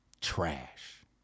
Trash